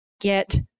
Get